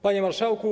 Panie Marszałku!